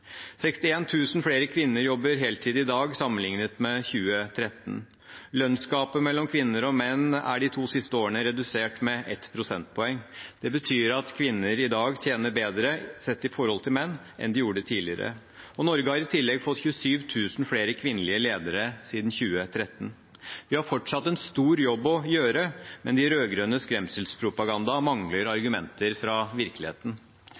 flere kvinner jobber heltid i dag sammenlignet med i 2013. Lønnsgapet mellom kvinner og menn er de to siste årene redusert med ett prosentpoeng. Det betyr at kvinner i dag tjener bedre sett i forhold til menn enn de gjorde tidligere. Norge har i tillegg fått 27 000 flere kvinnelige ledere siden 2013. Vi har fortsatt en stor jobb å gjøre, men de rød-grønnes skremselspropaganda mangler argumenter fra virkeligheten.